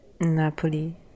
Napoli